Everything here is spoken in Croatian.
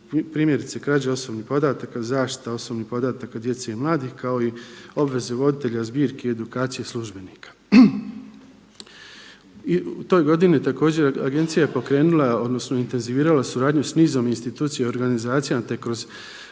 primjerice krađe osobnih podataka, zaštita osobnih podataka djece i mladih kao i obveze voditelja zbirki edukacije službenika. U toj godini također agencija je pokrenula odnosno intenzivirala suradnju sa nizom institucija i organizacija te kroz